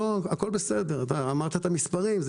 אמרת את המספרים.